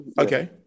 Okay